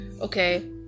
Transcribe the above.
okay